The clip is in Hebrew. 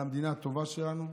על המדינה הטובה שלנו.